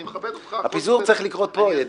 אני מכבד אותך -- הפיזור צריך לקרות פה ובמליאה,